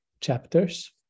chapters